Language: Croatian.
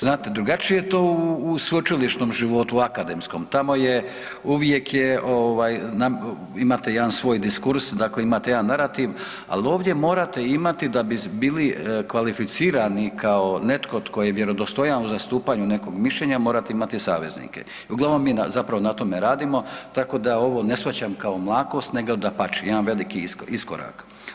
Znate, drugačije je to u sveučilišnom životu, akademskom, tamo je, uvijek je ovaj, imate jedan svoj diskurs, dakle imate jedan narativ, al ovdje morate imati da bi bili kvalificirani kao netko tko je vjerodostojan u zastupanju nekog mišljenja morate imati saveznike i uglavnom mi zapravo na tome radimo, tako da ovo ne shvaćam kao mlakost nego dapače, jedan veliki iskorak.